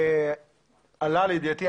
זה עלה לידיעתי.